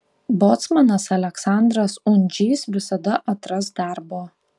bocmanas aleksandras undžys visada atras darbo